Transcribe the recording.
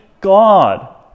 God